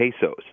pesos